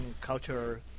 culture